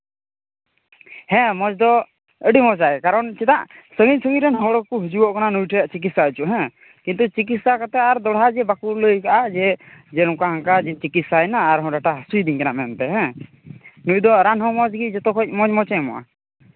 ᱦᱮᱸ ᱢᱚᱡᱽ ᱫᱚ ᱟᱹᱰᱤ ᱢᱚᱡᱟᱭ ᱠᱟᱨᱚᱱ ᱪᱮᱫᱟᱜ ᱥᱟᱺᱜᱤᱧ ᱥᱟᱺᱜᱤᱧ ᱨᱮᱱ ᱦᱚᱲ ᱠᱚᱠᱚ ᱦᱤᱡᱩᱜᱚᱜ ᱠᱟᱱᱟ ᱱᱩᱭ ᱴᱷᱮᱱ ᱪᱤᱠᱤᱛᱥᱟ ᱦᱚᱪᱚᱜ ᱦᱮᱸ ᱠᱤᱱᱛᱩ ᱪᱤᱠᱤᱛᱥᱟ ᱠᱟᱛᱮᱫ ᱟᱨ ᱫᱚᱦᱲᱟ ᱡᱮ ᱵᱟᱠᱚ ᱞᱟᱹᱭ ᱠᱟᱫᱟ ᱡᱮ ᱡᱮ ᱱᱚᱝᱠᱟ ᱚᱝᱠᱟ ᱡᱮᱧ ᱪᱤᱠᱤᱛᱥᱟᱭᱮᱱᱟ ᱟᱨᱦᱚᱸ ᱰᱟᱴᱟ ᱦᱟᱹᱥᱩᱭᱮᱫᱤᱧ ᱠᱟᱱᱟ ᱢᱮᱱᱛᱮ ᱱᱩᱭᱫᱚ ᱨᱟᱱ ᱦᱚᱸ ᱢᱚᱡᱽ ᱜᱮ ᱡᱚᱛᱚ ᱠᱷᱚᱱ ᱢᱚᱡᱽ ᱢᱚᱡᱮ ᱮᱢᱚᱜᱼᱟ